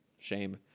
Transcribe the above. Shame